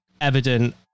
evident